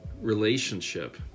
relationship